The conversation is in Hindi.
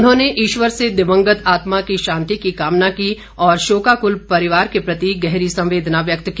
उन्होंने ईश्वर से दिवंगत आत्मा की शांति की कामना की और शोकाकुल परिवार के प्रति गहरी संवेदना व्यक्त की